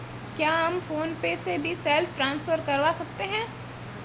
क्या हम PhonePe से भी सेल्फ ट्रांसफर करवा सकते हैं?